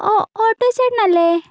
auto ചേട്ടനല്ലേ